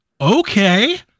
Okay